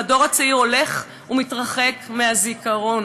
הדור הצעיר הולך ומתרחק מהזיכרון,